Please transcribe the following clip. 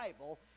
Bible